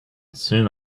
soon